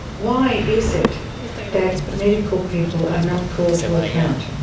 why is it that medical people are not called to account?